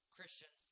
Christian